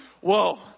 whoa